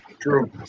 True